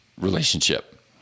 relationship